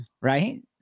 Right